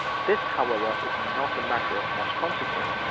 this, however, is not a matter of much consequence,